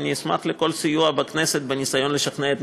ואני אשמח על כל סיוע בכנסת לניסיון לשכנע את